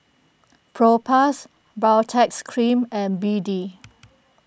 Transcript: Propass Baritex Cream and B D